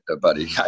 buddy